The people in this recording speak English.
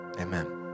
Amen